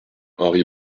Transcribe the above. henri